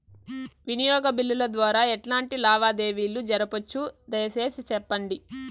వినియోగ బిల్లుల ద్వారా ఎట్లాంటి లావాదేవీలు జరపొచ్చు, దయసేసి సెప్పండి?